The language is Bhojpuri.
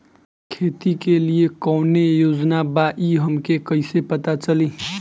खेती के लिए कौने योजना बा ई हमके कईसे पता चली?